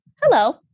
hello